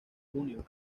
junio